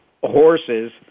horses